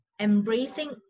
embracing